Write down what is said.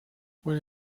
when